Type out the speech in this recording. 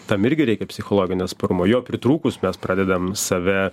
tam irgi reikia psichologinio atsparumo jo pritrūkus mes pradedame save